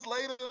later